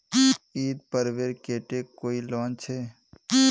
ईद पर्वेर केते कोई लोन छे?